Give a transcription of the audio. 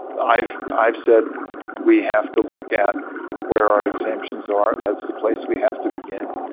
i've i've said we have to look at where our exemptions are, that's the place we have to begin.